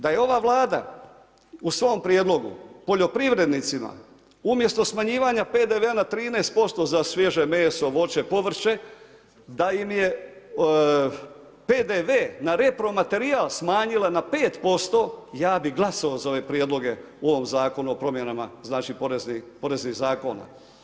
Da je ova Vlada u svom prijedlogu poljoprivrednicima umjesto smanjivanja PDV-a na 13% za svježe meso, voće, povrće, da im je PDV na repromaterijal smanjila na 5%, ja bih glasovao za ove prijedloge u ovom zakonu o promjenama znači, poreznih zakona.